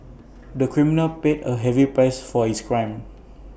the criminal paid A heavy price for his crime